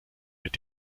mit